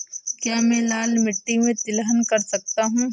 क्या मैं लाल मिट्टी में तिलहन कर सकता हूँ?